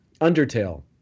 Undertale